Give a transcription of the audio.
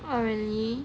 oh really